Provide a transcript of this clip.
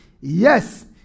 Yes